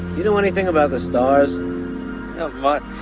you know anything about the stars, how much